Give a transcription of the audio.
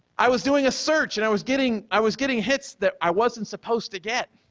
i was doing a search and i was getting i was getting hits that i wasn't supposed to get.